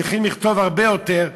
צריכים לכתוב הרבה יותר,